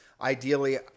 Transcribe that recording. ideally